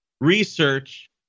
Research